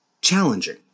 challenging